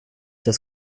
das